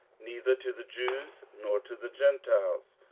neither to the jews, nor to the gentiles,